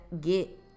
get